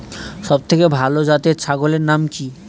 সবথেকে ভালো জাতের ছাগলের নাম কি?